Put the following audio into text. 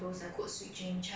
then my friend jio me